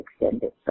extended